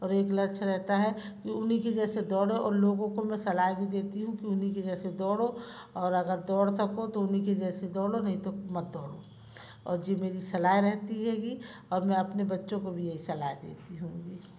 और एक लक्ष्य रहता है कि उन्हीं की जैसे दौड़ो और लोगों को मैं सलाह भी देती हूँ कि उन्हीं के जैसे दौड़ो और अगर दौड़ सको तो उन्हीं के जैसे दौड़ो नहीं तो मत दौड़ो और ये मेरी सलाह रहती हैगी और मैं अपने बच्चों को भी यही सलाह देती हूँगी